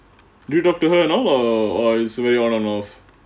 do you talk to her and all or or it's very on and off